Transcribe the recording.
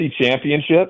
championships